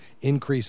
increases